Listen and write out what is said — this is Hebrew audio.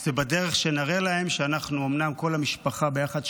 היא בדרך שנראה להן שאנחנו אומנם כל המשפחה ביחד,